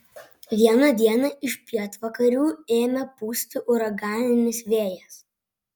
vieną dieną iš pietvakarių ėmė pūsti uraganinis vėjas